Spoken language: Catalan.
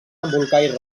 embolcall